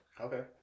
Okay